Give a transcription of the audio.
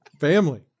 family